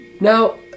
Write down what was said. now